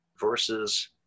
versus